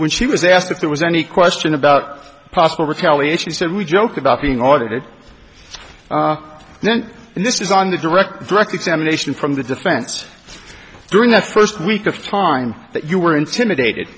when she was asked if there was any question about possible retaliation he said we joked about being audited then and this is on the direct direct examination from the defense during the first week of time that you were intimidated